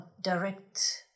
direct